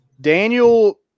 Daniel